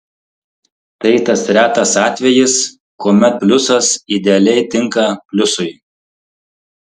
tai tas retas atvejis kuomet pliusas idealiai tinka pliusui